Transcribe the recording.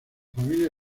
familia